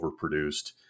overproduced